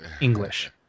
English